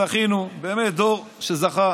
באמת דור שזכה